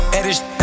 Edit